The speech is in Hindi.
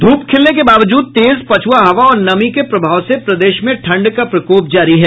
धूप खिलने के बावजूद तेज पछुआ हवा और नमी के प्रभाव से प्रदेश में ठंड का प्रकोप जारी है